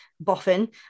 boffin